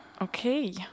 okay